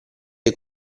dei